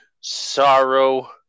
sorrow